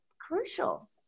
crucial